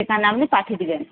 সেখানে আপনি পাঠিয়ে দেবেন